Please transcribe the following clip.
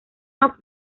off